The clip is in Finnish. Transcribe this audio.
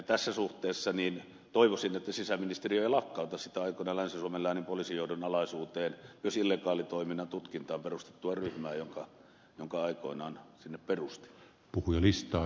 tässä suhteessa toivoisin että sisäministeriö ei lakkauta sitä aikoinaan länsi suomen läänin poliisijohdon alaisuuteen myös illegaalitoiminnan tutkintaan perustettua ryhmää jonka aikoinani sinne perustin